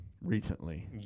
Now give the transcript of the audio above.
recently